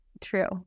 True